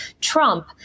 Trump